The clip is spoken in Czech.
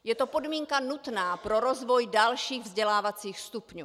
Je to podmínka nutná pro rozvoj dalších vzdělávacích stupňů.